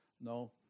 No